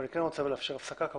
אני כן רוצה לאפשר הפסקה.